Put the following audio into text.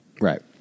Right